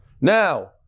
Now